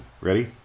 Ready